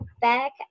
back